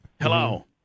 Hello